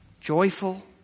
joyful